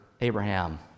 Abraham